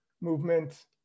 movement